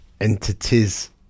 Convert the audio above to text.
entities